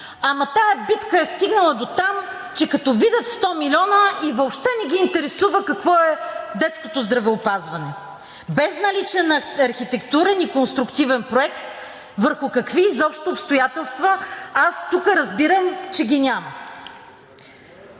Ама, тази битка е стигнала дотам, че като видят сто милиона и въобще не ги интересува какво е детското здравеопазване. Без наличие на архитектурен и конструктивен проект, върху какви изобщо обстоятелства – аз тук разбирам, че ги няма.